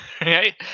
right